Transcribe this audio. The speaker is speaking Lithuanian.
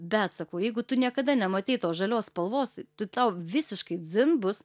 bet sakau jeigu tu niekada nematei tos žalios spalvos tai tau visiškai dzin bus